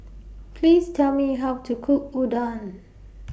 Please Tell Me How to Cook Udon